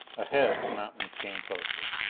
ahead, the mountains came closer.